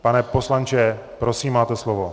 Pane poslanče, prosím, máte slovo.